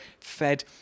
fed